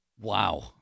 Wow